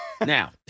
Now